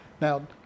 Now